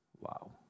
Wow